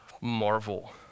marvel